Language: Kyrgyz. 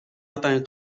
атайын